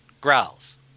growls